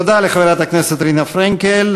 תודה לחברת הכנסת רינה פרנקל.